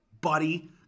buddy